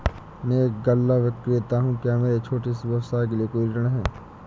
मैं एक गल्ला विक्रेता हूँ क्या मेरे छोटे से व्यवसाय के लिए कोई ऋण है?